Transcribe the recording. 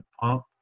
pump